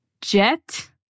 Jet